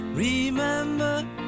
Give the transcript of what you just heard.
Remember